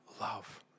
love